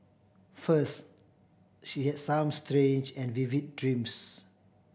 first she had some strange and vivid dreams